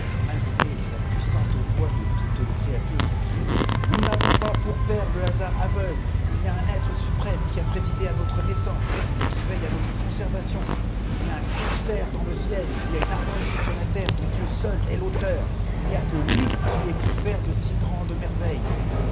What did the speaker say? malgré ïâ pttîsafhtr voix de toutes lès cièlaturés qut ëwféîft rfnous tiavôfli dbs faistômes pasrpçur père le usard aveugle il jf a u i etre suprême cnii a présidé à notre naissance et qui veille à notre conservation i j à un concert dans le ciel il y a une harmonie sur la terre dont dieu seul est fauteur il n'y si que htf qui ait pu faire de si grandes merveilles